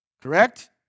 correct